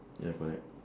ya correct